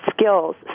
skills